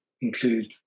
include